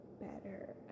better